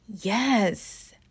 yes